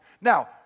now